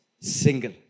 single